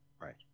Right